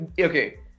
okay